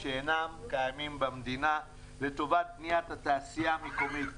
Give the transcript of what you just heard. שאינם קיימים במדינה לטובת בניית התעשייה המקומית,